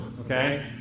okay